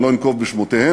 אני לא אנקוב בשמותיהן,